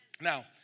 Now